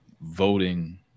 voting